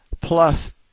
plus